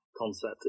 concept